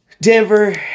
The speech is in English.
Denver